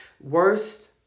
Worst